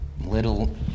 little